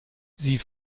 sie